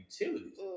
utilities